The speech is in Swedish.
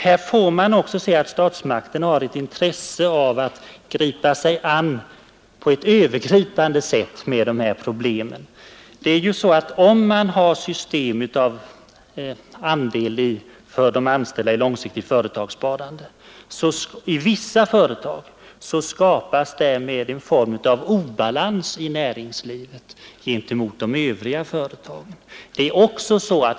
Här får man också säga att statsmakterna har ett intresse av att på ett övergripande sätt ta sig an problemen. Om man i vissa företag har ett system med andelar för de anställda i ett långsiktigt företagssparande, skapas därmed en form av obalans i näringslivet gentemot de övriga företagen.